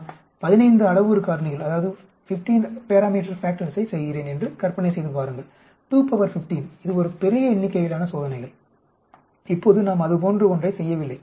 நான் 15 அளவுரு காரணிகளை செய்கிறேன் என்று கற்பனை செய்து பாருங்கள் 215 இது ஒரு பெரிய எண்ணிக்கையிலான சோதனைகள் இப்போது நாம் அது போன்று ஒன்றை செய்யவில்லை